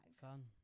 Fun